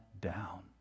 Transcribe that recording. down